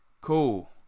Cool